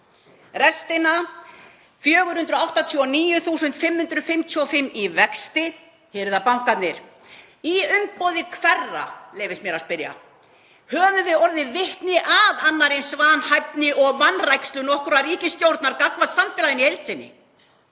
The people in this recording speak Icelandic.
Restina, 489.555 í vexti, hirða bankarnir. Í umboði hverra, leyfist mér að spyrja? Höfum við orðið vitni að annarri eins vanhæfni og vanrækslu nokkurrar ríkisstjórnar gagnvart samfélaginu í heild sinni?